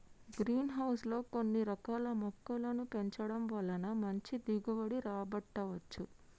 green house లో కొన్ని రకాల మొక్కలను పెంచడం వలన మంచి దిగుబడి రాబట్టవచ్చు